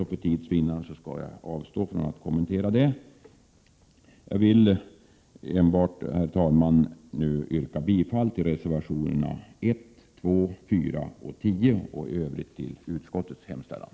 För tids vinnande avstår jag därför från att kommentera den saken. Herr talman! Jag yrkar bifall till reservationerna 1, 2,4 och 10 samt i övrigt till utskottets hemställan.